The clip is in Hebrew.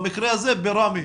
במקרה הזה בראמה.